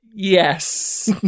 Yes